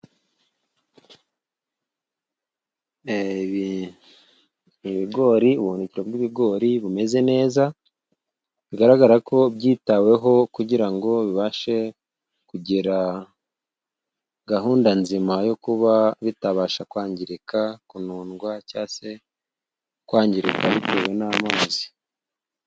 Ibigori, ubuhunikiro bw'ibigori bumeze neza, bigaragara ko byitaweho kugira ngo bibashe kugira gahunda nzima yo kuba bitabasha kwangirika, kunundwa cyangwa se kwangirika bitewe n'amazi.